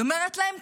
היא אומרת להם,